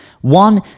One